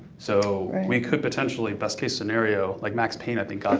so we could potentially, best case scenario, like max paine, i think got,